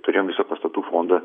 turėjom visų pastatų fondą